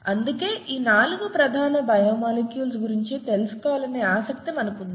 అందుకే ఈ 4 ప్రాథమిక బయో మాలిక్యూల్స్ గురించి తెలుసుకోవాలనే ఆసక్తి మనకు ఉంది